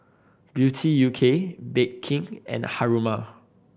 Beauty U K Bake King and Haruma